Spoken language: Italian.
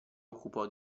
occupò